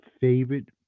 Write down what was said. favorite